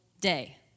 day